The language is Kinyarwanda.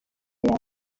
yarwo